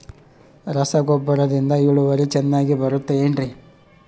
ರಸಗೊಬ್ಬರದಿಂದ ಇಳುವರಿ ಚೆನ್ನಾಗಿ ಬರುತ್ತೆ ಏನ್ರಿ?